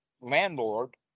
landlord